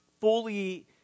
fully